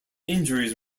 injuries